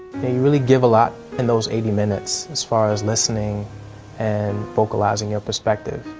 they really give a lot in those eighty minutes, as far as listening and vocalizing your perspective.